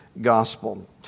gospel